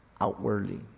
outwardly